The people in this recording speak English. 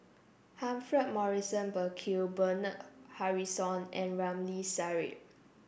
Humphrey Morrison Burkill Bernard Harrison and Ramli Sarip